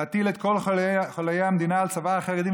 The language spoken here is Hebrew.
להטיל את כל חוליי המדינה על צוואר החרדים